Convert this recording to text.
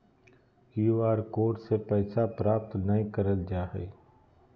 Q R code से पैसा प्राप्त नयय करल जा हइ